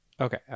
Okay